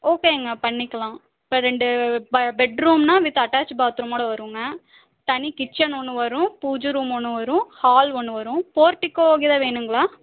ஓகேங்க பண்ணிக்கலாம் இப்போ ரெண்டு ப பெட்ரூம்னால் வித்து அட்டாச்சு பாத்ரூம்மோடு வருங்க தனி கிச்சென் ஒன்று வரும் பூஜை ரூம் ஒன்று வரும் ஹால் ஒன்று வரும் போர்டிக்கோ கீது வேணும்ங்களா